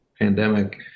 pandemic